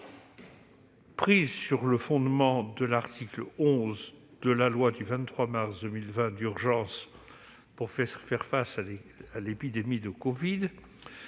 prise sur le fondement de l'article 11 de la loi du 23 mars 2020 d'urgence pour faire faire face à l'épidémie de covid-19,